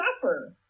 suffer